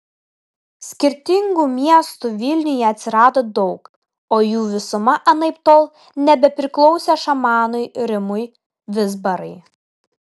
skirtingų miestų vilniuje atsirado daug o jų visuma anaiptol nebepriklausė šamanui rimui vizbarai